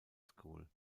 school